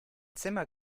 zimmer